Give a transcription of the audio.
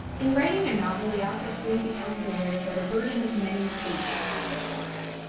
in writing a novel the author soon becomes aware that a burden of many pages is before him.